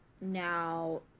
Now